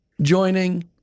Joining